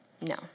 No